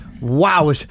wow